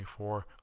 24